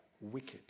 wicked